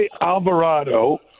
Alvarado